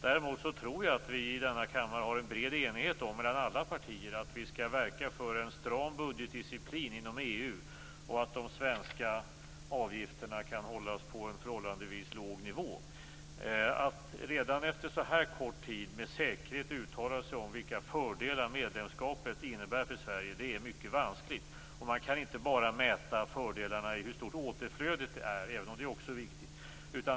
Däremot tror jag att vi i denna kammare har en bred enighet mellan alla partier om att vi skall verka för en stram budgetdisciplin inom EU och för att de svenska avgifterna kan hållas på en förhållandevis låg nivå. Att redan efter så här kort tid med säkerhet uttala sig om vilka fördelar medlemskapet innebär för Sverige är mycket vanskligt. Man kan inte bara mäta fördelarna i hur stort återflödet är, även om det också är viktigt.